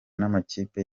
n’amakipe